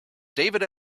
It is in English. david